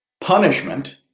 punishment